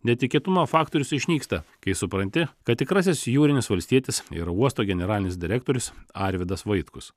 netikėtumo faktorius išnyksta kai supranti kad tikrasis jūrinis valstietis yra uosto generalinis direktorius arvydas vaitkus